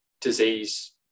disease